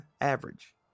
average